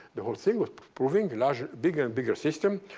the whole thing was proving larger, bigger and bigger system.